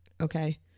okay